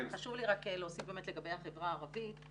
חשוב לי רק להוסיף באמת לגבי החברה הערבית,